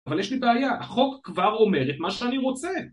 אבל יש לי בעיה, החוק כבר אומר את מה שאני רוצה